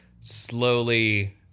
slowly